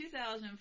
2004